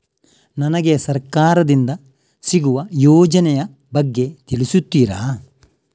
ನನಗೆ ಸರ್ಕಾರ ದಿಂದ ಸಿಗುವ ಯೋಜನೆ ಯ ಬಗ್ಗೆ ತಿಳಿಸುತ್ತೀರಾ?